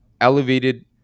elevated